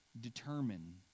determine